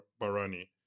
barani